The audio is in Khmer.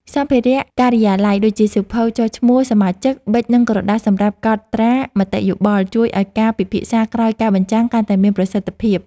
សម្ភារៈការិយាល័យ ដូចជាសៀវភៅចុះឈ្មោះសមាជិក ប៊ិច និងក្រដាសសម្រាប់កត់ត្រាមតិយោបល់ ជួយឱ្យការពិភាក្សាក្រោយការបញ្ចាំងកាន់តែមានប្រសិទ្ធភាព។